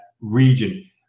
region